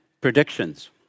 predictions